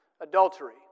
adultery